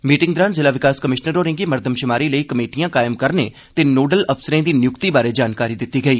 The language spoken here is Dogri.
मीटिंग दौरान जिला विकास कमिशनर होरें'गी मरदमशुमारी लेई कमेटियां कायम करने ते नोडल अफसरें दी नियुक्ति बारै जानकारी दित्ती गेई